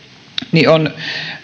on